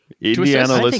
Indiana